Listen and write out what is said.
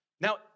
Now